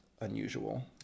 unusual